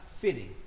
fitting